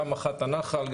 גם מח"ט הנחל,